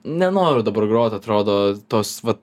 nenoriu dabar grot atrodo tos va